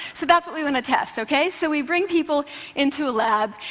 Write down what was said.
so that's what we want to test. okay? so we bring people into a lab,